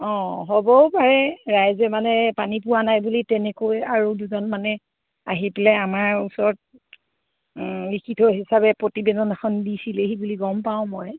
অঁ হ'বও পাৰে ৰাইজে মানে পানী পোৱা নাই বুলি তেনেকৈ আৰু দুজন মানে আহি পেলাই আমাৰ ওচৰত লিখিত হিচাপে প্ৰতিবেদন এখন দিছিলেহি বুলি গম পাওঁ মই